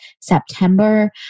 September